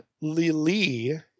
Lili